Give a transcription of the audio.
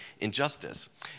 injustice